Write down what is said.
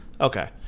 okay